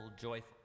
joyful